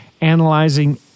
analyzing